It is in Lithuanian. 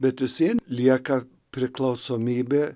bet vis vien lieka priklausomybė